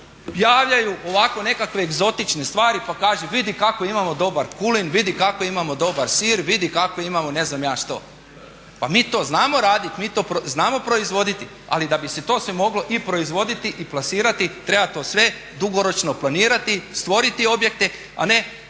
javljaju ovako nekakve egzotične stvari pa kažu vidi kako imamo dobar kulin, vidi kako imamo dobar sir, vidi kako imamo ne znam ja što. Pa mi to znamo raditi i proizvoditi, ali da bi se to sve moglo i proizvoditi i plasirati treba to sve dugoročno planirati, stvoriti objekte, a ne